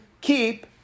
keep